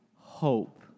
hope